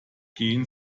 gehen